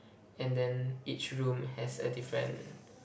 and then each room has a different